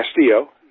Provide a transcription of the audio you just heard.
Castillo